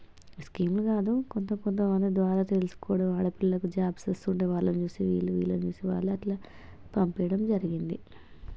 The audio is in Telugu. ఈ స్కీంలు గాదు కొంత కొంతమంది ద్వారా తెలుసుకోవడం ఆడపిల్లకు జాబ్సస్ ఉండేవాళ్ళను చూసి వీళ్ళు వీళ్ళను చూసి వాళ్ళు అట్లా పంపించడం జరిగింది